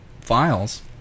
files